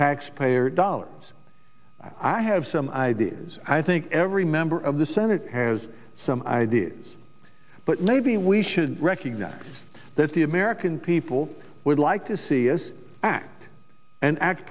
taxpayer dollars i have some ideas i think every member of the senate has some ideas but maybe we should recognize that the american people would like to see is act and act